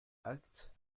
acte